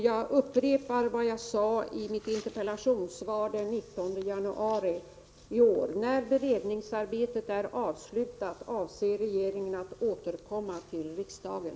Jag upprepar vad jag sade i mitt interpellationssvar den 19 januari i år: ”När beredningsarbetet är avslutat, avser regeringen att återkomma till riksdagen.”